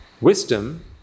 Wisdom